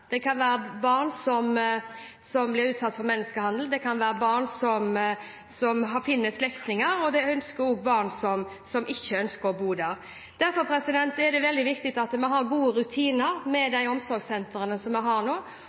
blir utsatt for menneskehandel, det kan være barn som finner slektninger, og det kan også være barn som ikke ønsker å bo der. Derfor er det veldig viktig at vi har gode rutiner ved de omsorgssentrene vi har.